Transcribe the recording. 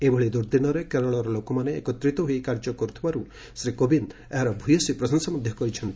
ଏଭଳି ଦୁର୍ଦ୍ଦିନରେ କେରଳର ଲୋକମାନେ ଏକତ୍ରିତ ହୋଇ କାର୍ଯ୍ୟ କରୁଥିବାରୁ ଶ୍ରୀ କୋବିନ୍ଦ ଏହାର ଭୟସୀ ପ୍ରଶଂସା କରିଛନ୍ତି